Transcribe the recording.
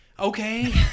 Okay